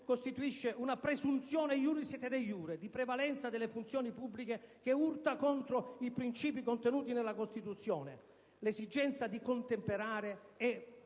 costituisce una presunzione *iuris et de iure* di prevalenza delle funzioni pubbliche, che urta contro i principi contenuti nella Costituzione. L'esigenza di contemperare è